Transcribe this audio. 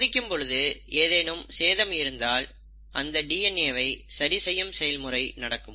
சோதிக்கும் பொழுது ஏதேனும் சேதம் இருந்தால் அந்த டிஎன்ஏ வை சரி செய்யும் செயல்முறை நடக்கும்